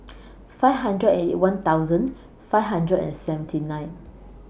five hundred and Eighty One thousand five hundred and seventy nine